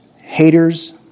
haters